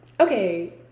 okay